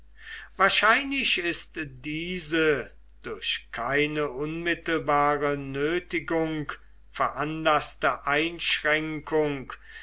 wahrscheinlich ist diese durch keine unmittelbare nötigung veranlaßte einschränkung